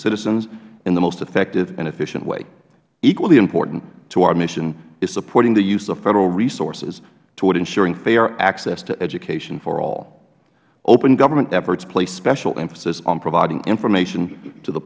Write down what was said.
citizens in the most effective and efficient way equally important to our mission is supporting the use of federal resources toward ensuring fair access to education for all open government efforts place special emphasis on providing information to the